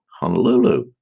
Honolulu